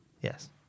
Yes